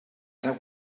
that